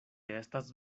estas